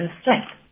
strength